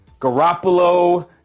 Garoppolo